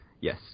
Yes